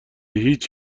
هیچ